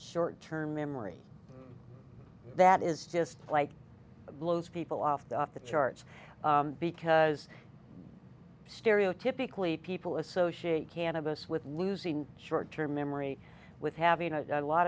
short term memory that is just like blows people off the off the charts because stereo typically people associate cannabis with losing short term memory with having a lot